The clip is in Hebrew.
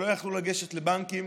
שלא יכלו לגשת לבנקים,